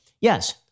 Yes